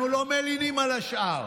אנחנו לא מלינים על השאר.